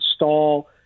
install